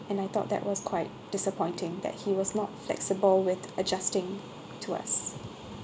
and I thought that was quite disappointing that he was not flexible with adjusting to us